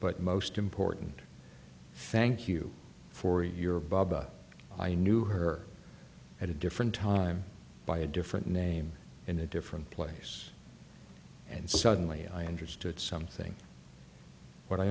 but most important thank you for your baba i knew her at a different time by a different name in a different place and suddenly i understood something what i